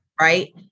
Right